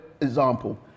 example